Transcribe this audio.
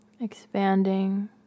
expanding